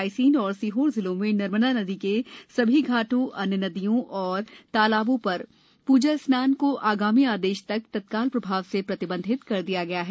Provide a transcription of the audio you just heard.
रायसेन और सीहोर जिलों में नर्मदा नदी के समस्त घॉटो अन्य नदियों और तालाबो र प्रजा स्नान को आगामी आदेश तक तत्काल प्रभाव से प्रतिबंधित कर दिया गया है